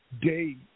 day